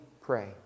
pray